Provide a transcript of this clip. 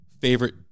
favorite